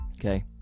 okay